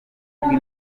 kuvuga